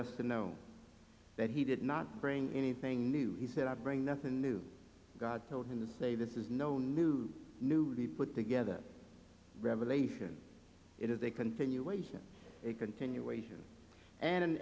us to know that he did not bring anything new he said i bring nothing new god told him to say this is no new movie put together revelation it is a continuation a continuation and an